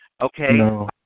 okay